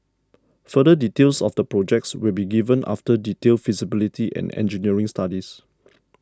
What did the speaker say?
further details of the projects will be given after detailed feasibility and engineering studies